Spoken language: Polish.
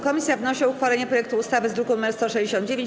Komisja wnosi o uchwalenie projektu ustawy z druku nr 169.